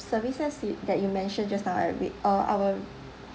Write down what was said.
services i~ that you mentioned just now I with uh our